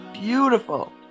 Beautiful